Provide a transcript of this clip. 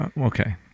okay